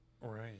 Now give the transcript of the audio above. Right